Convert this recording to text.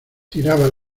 tiraba